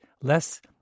less